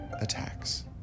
attacks